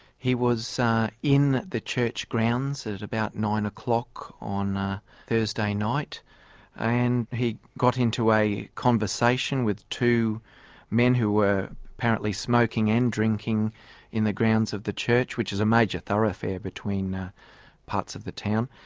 he was in the church grounds at at about nine o'clock on ah thursday night and he got into a conversation with two men who were apparently smoking and drinking in the grounds of the church, which is a major thoroughfare between parts of the town.